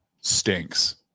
stinks